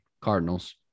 Cardinals